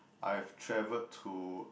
I've traveled to